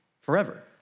forever